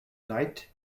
night